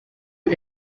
you